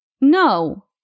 No